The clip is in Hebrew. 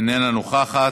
איננה נוכחת,